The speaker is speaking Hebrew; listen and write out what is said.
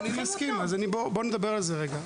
ואני מברך על כך,